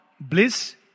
bliss